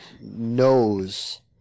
knows